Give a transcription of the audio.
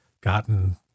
gotten